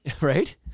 right